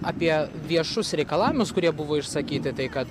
apie viešus reikalavimus kurie buvo išsakyti tai kad